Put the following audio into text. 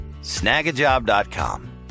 snagajob.com